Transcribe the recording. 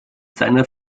seiner